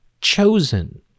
chosen